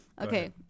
Okay